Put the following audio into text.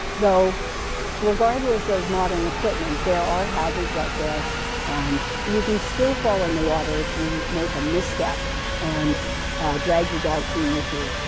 though regardless of modern equipment, there are hazards out there and you can still fall in the water if you make a misstep and drag your dog team with you